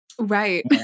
Right